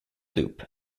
loop